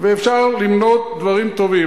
ואפשר למנות דברים טובים.